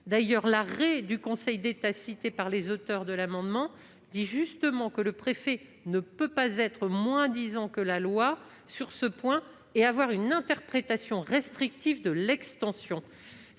D'ailleurs, dans l'arrêt du Conseil d'État cité par les auteurs de l'amendement, il est justement précisé que le préfet ne peut pas être « moins disant » que la loi sur ce point, en ayant une interprétation restrictive de l'extension.